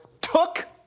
took